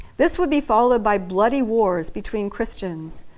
this would be followed by bloody wars between christians.